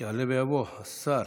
יעלה ויבוא השר